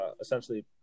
essentially